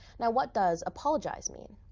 now what does apologize mean?